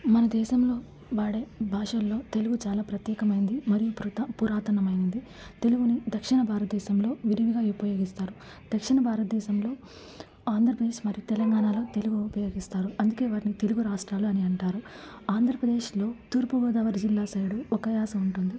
మన దేశంలో వాడే భాషల్లో తెలుగు చాలా ప్రత్యేకమైనది మరియు పుత పురాతనమైనది తెలుగును దక్షిణ భారతదేశంలో విరివిగా ఉపయోగిస్తారు దక్షిణ భారతదేశంలో ఆంధ్రప్రదేశ్ మరియు తెలంగాణలో తెలుగు ఉపయోగిస్తారు అందుకే వారిని తెలుగు రాష్ట్రాలు అని అంటారు ఆంధ్రప్రదేశ్లో తూర్పు గోదావరి జిల్లా సైడు ఒక యాస ఉంటుంది